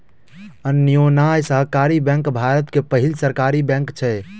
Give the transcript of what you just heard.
अन्योन्या सहकारी बैंक भारत के पहिल सहकारी बैंक अछि